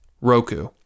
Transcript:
Roku